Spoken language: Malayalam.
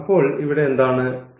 അപ്പോൾ ഇവിടെ എന്താണ് ഈ